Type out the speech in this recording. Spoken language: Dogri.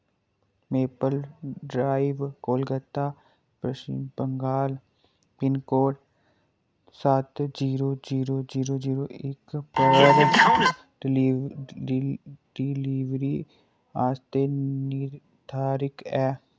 मेपल ड्राइव कोलकाता पच्छम बंगाल पिनकोड सत्त जीरो जीरो जीरो जीरो इक पर डलीवरी आस्तै निर्धारिक ऐ